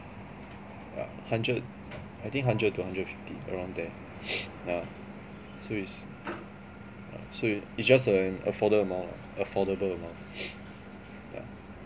yeah hundred I think hundred to hundred fifty around there yeah so it's yeah so it's just an afforda~ amount lah affordable amount yeah